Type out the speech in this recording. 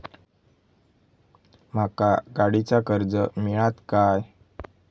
माका गाडीचा कर्ज मिळात काय?